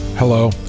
Hello